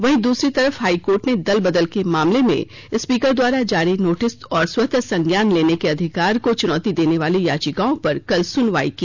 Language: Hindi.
वहीं दूसरी तरफ हाईकोर्ट ने दलबदल के मामले में स्पीकर द्वारा जारी नोटिस और स्वतः संज्ञान लेने के अधिकार को चुनौती देनेवाली याचिकाओं पर कल सुनवाई की